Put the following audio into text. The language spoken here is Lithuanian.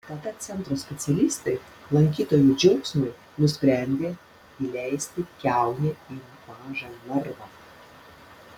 tada centro specialistai lankytojų džiaugsmui nusprendė įleisti kiaunę į mažą narvą